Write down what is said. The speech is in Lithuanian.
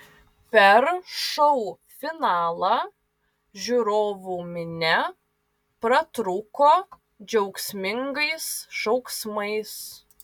per šou finalą žiūrovų minia pratrūko džiaugsmingais šauksmais